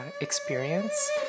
experience